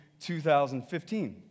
2015